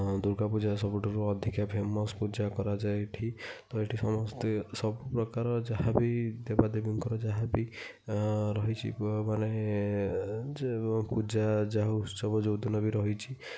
ଦୁର୍ଗା ପୂଜା ସବୁଠାରୁ ଅଧିକା ଫେମସ୍ ପୂଜା କରାଯାଏ ଏଠି ତ ଏଠି ସମସ୍ତେ ସବୁ ପ୍ରକାରର ଯାହା ବି ଦେବା ଦେବୀଙ୍କର ଯାହାବି ଆ ରହିଛି ମାନେ ଯେଉଁ ପୂଜା ଯାହା ଉତ୍ସବ ଯୋଉ ଦିନ ବି ରହିଛି